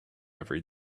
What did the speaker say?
every